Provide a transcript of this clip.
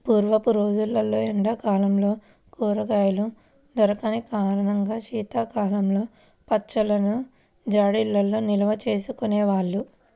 పూర్వపు రోజుల్లో ఎండా కాలంలో కూరగాయలు దొరికని కారణంగా శీతాకాలంలో పచ్చళ్ళను జాడీల్లో నిల్వచేసుకునే వాళ్ళు